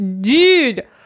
dude